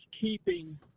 keeping –